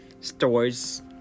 stores